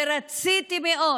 ורציתי מאוד,